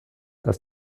das